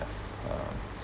uh